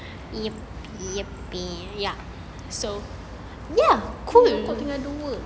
rokok tinggal dua